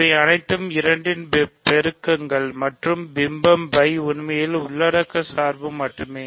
இவை அனைத்தும் 2 இன் பெருக்கங்கள் மற்றும் பிம்பம் φ உண்மையில் உள்ளடக்க சார்பு மட்டுமே